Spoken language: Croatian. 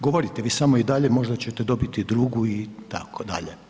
Govorite vi samo i dalje, možda ćete dobiti drugu, itd.